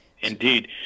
Indeed